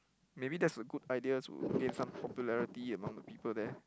maybe that's a good idea to gain some popularity among the people there